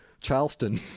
Charleston